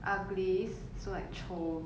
ugly so like 丑